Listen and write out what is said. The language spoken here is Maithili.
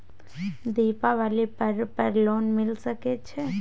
दीपावली पर्व पर लोन मिल सके छै?